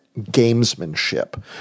gamesmanship